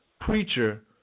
Preacher